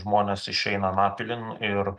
žmonės išeina anapilin ir